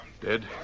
Dead